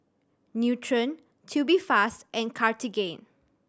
Nutren Tubifast and Cartigain